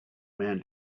man